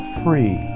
free